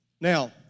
Now